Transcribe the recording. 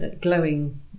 glowing